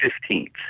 fifteenth